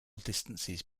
distances